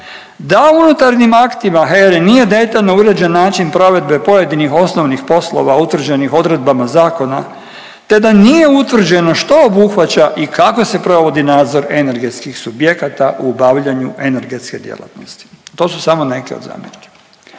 da unutarnjim aktima HERE nije detaljno uređen način provedbe pojedinih osnovnih poslova utvrđenih odredbama zakona te da nije utvrđeno što obuhvaća i kako se provodi nadzor energetskih subjekata u obavljanju energetske djelatnosti. To su samo neke od zamjerki.